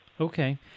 Okay